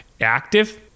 active